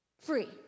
free